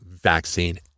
Vaccine